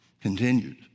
continued